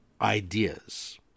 ideas